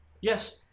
Yes